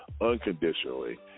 unconditionally